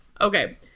Okay